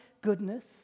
goodness